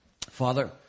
Father